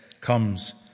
comes